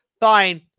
fine